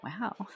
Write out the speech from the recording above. Wow